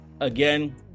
Again